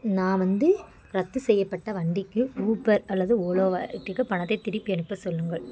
நான் வந்து ரத்து செய்யப்பட்ட வண்டிக்கு ஊபர் அல்லது ஓலோவை கேட்டுட்டு பணத்தை திருப்பி அனுப்ப சொல்லுங்கள்